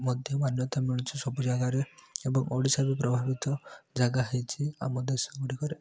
ମଧ୍ୟ ମାନ୍ୟତା ମିଳୁଛି ସବୁ ଜାଗାରେ ଏବଂ ଓଡ଼ିଶାରୁ ପ୍ରଭାବିତ ଜାଗା ହେଇଛି ଆମ ଦେଶ ଗୁଡ଼ିକରେ